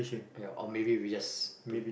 ya or maybe we just pre~